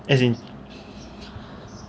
as in